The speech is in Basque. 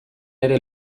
ere